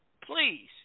Please